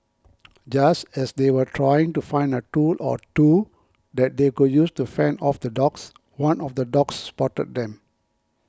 just as they were trying to find a tool or two that they could use to fend off the dogs one of the dogs spotted them